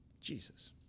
Jesus